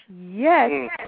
Yes